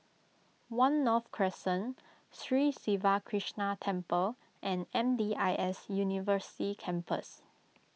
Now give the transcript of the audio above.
one North Crescent Sri Siva Krishna Temple and M D I S University Campus